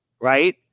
right